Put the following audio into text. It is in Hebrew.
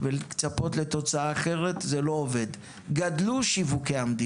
העמדה השלטת במדיניות הממשלה בעשור האחרון זה ככל שנגדיל שיווקים,